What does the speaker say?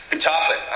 chocolate